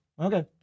Okay